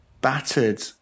battered